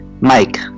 Mike